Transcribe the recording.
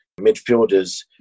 midfielders